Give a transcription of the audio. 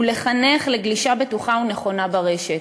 ולחנך לגלישה בטוחה ונכונה ברשת.